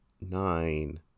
Nine